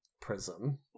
prism